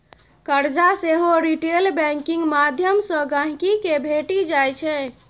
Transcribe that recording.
करजा सेहो retail banking माध्यमसँ गांहिकी केँ भेटि जाइ छै